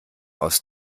aus